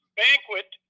banquet